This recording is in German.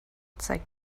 zeigt